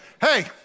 hey